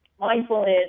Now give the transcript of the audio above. Mindfulness